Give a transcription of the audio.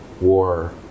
war